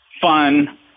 fun